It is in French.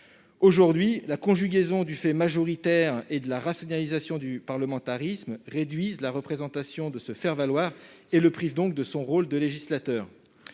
aujourd'hui, la conjugaison du fait majoritaire et de la rationalisation du parlementarisme réduisent la représentation de se faire valoir et le prive donc de son rôle de législateur